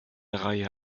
reihe